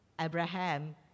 Abraham